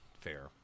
Fair